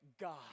God